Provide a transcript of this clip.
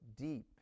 deep